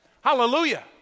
Hallelujah